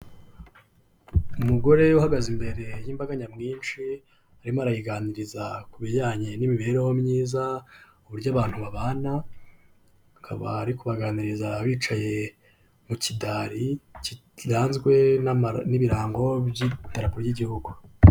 Umugore uhagaze imbere y'imbaga nyamwinshi arimo arayiganiriza ku bijyanye n'imibereho myiza uburyo abantu babana, akaba ari kubaganiriza bicaye mu kidari kiranzwe n'ibirango by'idarapo ry'igihugu.